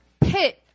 pit